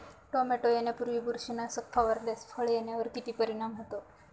Tomato येण्यापूर्वी बुरशीनाशक फवारल्यास फळ येण्यावर किती परिणाम होतो?